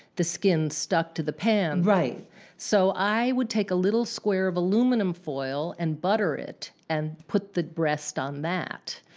the skin stuck to the pan. so i would take a little square of aluminum foil and butter it and put the breast on that.